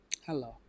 Hello